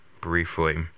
briefly